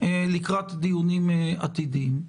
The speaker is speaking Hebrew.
לקראת דיונים עתידיים.